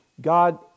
God